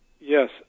Yes